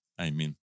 amen